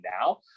now